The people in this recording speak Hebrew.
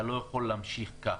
אתה לא יכול להמשיך כך.